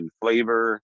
flavor